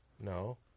No